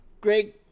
Greg